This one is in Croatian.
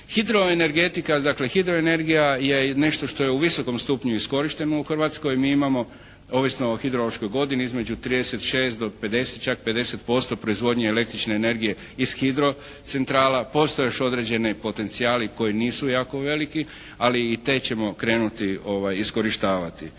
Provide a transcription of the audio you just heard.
Hidroenergetika dakle hidroenergija je nešto što je u visokom stupnju iskorišteno u Hrvatskoj. Mi imamo ovisno o hidrološkoj godini između 36 do 50, čak 50% proizvodnje električne energije iz hidrocentrala. Postoje još određeni potencijali koji nisu jako veliki. Ali i te ćemo krenuti iskorištavati.